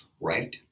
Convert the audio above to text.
right